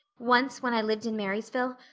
once, when i lived in marysville,